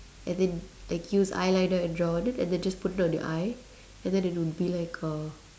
and then like use eyeliner and draw then and then just put it on your eye and it will be like a